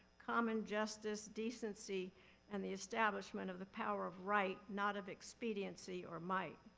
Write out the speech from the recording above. common justice, decency and the establishment of the power of right, not of expediency or might.